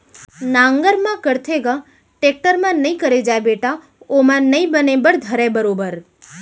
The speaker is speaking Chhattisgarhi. नांगर म करथे ग, टेक्टर म नइ करे जाय बेटा ओमा नइ बने बर धरय बरोबर